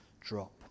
drop